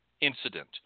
incident